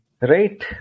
Right